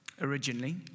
Originally